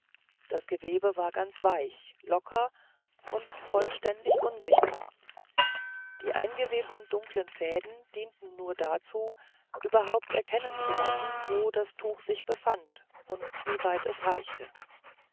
das gewebe war ganz weich locker und vollständig unsichtbar die eingewebten dunklen fäden dienten nur dazu überhaupt erkennen zu lassen wo das tuch sich befand und wie weit es reichte